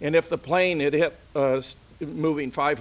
and if the plane had hit it moving five